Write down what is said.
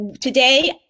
Today